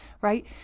right